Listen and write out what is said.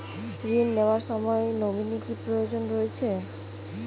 ঋণ নেওয়ার সময় নমিনি কি প্রয়োজন রয়েছে?